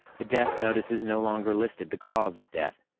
the death notices no longer listed the cause of death.